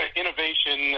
innovation